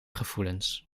gevoelens